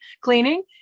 cleaning